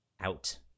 out